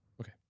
Okay